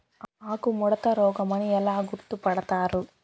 ఆకుముడత రోగం అని ఎలా గుర్తుపడతారు?